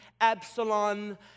Absalom